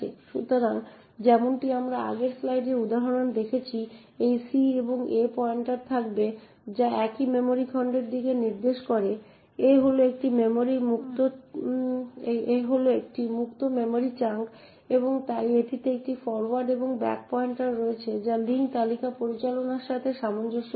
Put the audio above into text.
সুতরাং যেমনটি আমরা আগের স্লাইডে উদাহরণে দেখেছি এই c এবং a তে পয়েন্টার থাকবে যা একই মেমরি খণ্ডের দিকে নির্দেশ করে a হল একটি মুক্ত মেমরি চাঙ্ক এবং তাই এটিতে একটি ফরোয়ার্ড এবং ব্যাক পয়েন্টার রয়েছে যা লিঙ্ক তালিকা পরিচালনার সাথে সামঞ্জস্যপূর্ণ